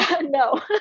no